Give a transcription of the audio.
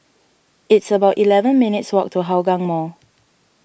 it's about eleven minutes' walk to Hougang Mall